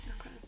Okay